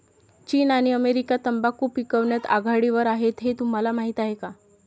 चीन आणि अमेरिका तंबाखू पिकवण्यात आघाडीवर आहेत हे तुम्हाला माहीत आहे